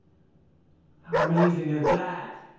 how amazing is that!